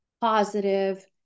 positive